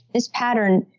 this pattern,